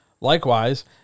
Likewise